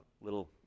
little